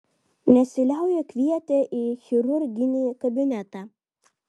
nesiliauja kvietę į chirurginį kabinetą